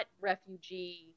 refugee